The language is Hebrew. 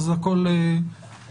אז הכול בסדר.